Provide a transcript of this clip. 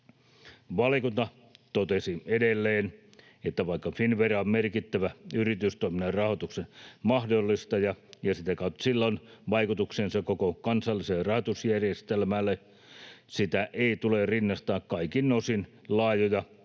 Valiokunta totesi edelleen, että vaikka Finnvera on merkittävä yritystoiminnan rahoituksen mahdollistaja ja sitä kautta sillä on vaikutuksensa koko kansalliseen rahoitusjärjestelmäämme, sitä ei tule rinnastaa kaikin osin laajoja